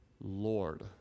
Lord